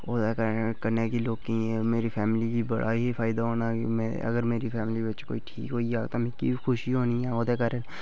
ओह्दे कारण कि लोकें ई मेरी फैमिली गी एह्दा फायदा होना कि में अगर मेरी फैमिली बिच कोई ठीक होई जा तां मिगी बी खुशी होनी ऐ ओह्दे कारण